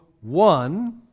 one